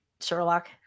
sherlock